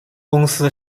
公司